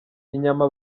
inyama